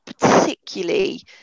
particularly